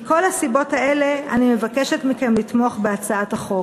מכל הסיבות האלה אני מבקשת מכם לתמוך בהצעת החוק.